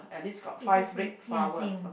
is the same ya same